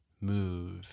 move